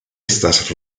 estas